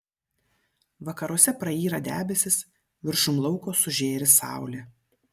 vakaruose prayra debesys viršum lauko sužėri saulė